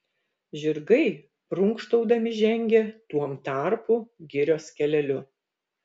žirgai prunkštaudami žengė tuom tarpu girios keleliu